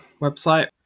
website